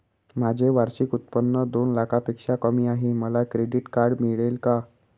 माझे वार्षिक उत्त्पन्न दोन लाखांपेक्षा कमी आहे, मला क्रेडिट कार्ड मिळेल का?